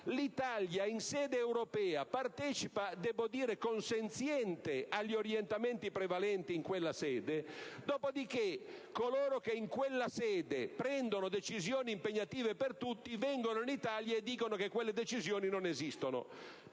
L'Italia in sede europea partecipa, debbo dire consenziente, agli orientamenti prevalenti in quella sede; dopodiché coloro che in quella sede prendono decisioni impegnative per tutti vengono in Italia e dicono che quelle decisioni non esistono.